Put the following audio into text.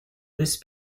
this